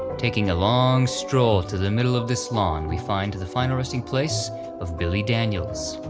taking a long stroll to the middle of this lawn we find the final resting place of billy daniels.